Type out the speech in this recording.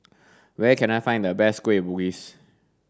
where can I find the best kueh bugis